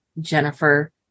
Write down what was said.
Jennifer